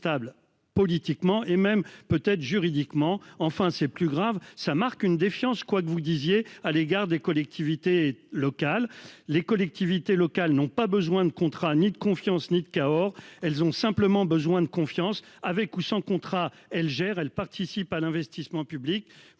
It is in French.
politiquement et même peut être juridiquement enfin c'est plus grave, ça marque une défiance quoi que vous disiez à l'égard des collectivités locales, les collectivités locales n'ont pas besoin de contrat ni de confiance ni de Cahors. Elles ont simplement besoin de confiance, avec ou sans contrat. Elle gère, elle participe à l'investissement public.